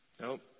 Nope